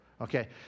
Okay